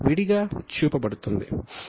ఇది విడిగా చూపబడుతుంది